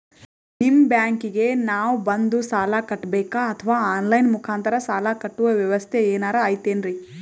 ನಿಮ್ಮ ಬ್ಯಾಂಕಿಗೆ ನಾವ ಬಂದು ಸಾಲ ಕಟ್ಟಬೇಕಾ ಅಥವಾ ಆನ್ ಲೈನ್ ಮುಖಾಂತರ ಸಾಲ ಕಟ್ಟುವ ವ್ಯೆವಸ್ಥೆ ಏನಾರ ಐತೇನ್ರಿ?